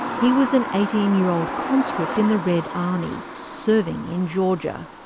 he was an eighteen year old conscript in the red army, serving in georgia.